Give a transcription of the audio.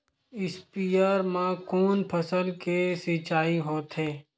स्पीयर म कोन फसल के सिंचाई होथे?